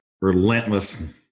relentless